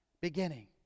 beginning